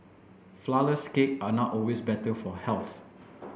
flourless cake are not always better for health